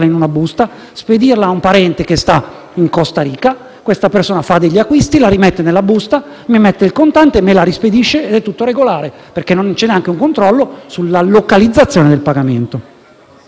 in una busta, spedirla a un parente che sta in Costa Rica; questa persona fa degli acquisti, la rimette nella busta, mi mette il contante, me la rispedisce ed è tutto regolare, perché non c'è neanche un controllo sulla localizzazione del pagamento.